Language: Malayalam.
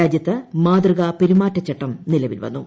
രാജ്യത്ത് മാതൃക പെരുമാറ്റചട്ടം നിലവിൽ വന്നു